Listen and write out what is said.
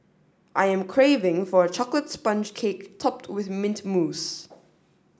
I am craving for a chocolate sponge cake topped with mint mousse